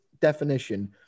definition